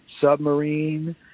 submarine